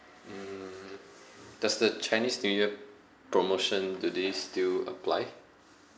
mm does the chinese new year promotion do they still apply